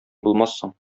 булмассың